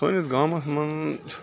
سٲنِس گامَس منٛز چھِ